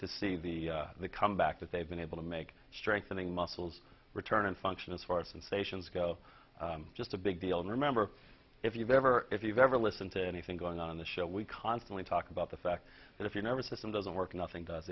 to see the the comeback that they've been able to make strengthening muscles return and function as far as and stations go just a big deal and remember if you've ever if you've ever listened to anything going on the show we constantly talk about the fact that if your nervous system doesn't work nothing does